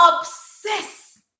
obsess